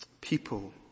People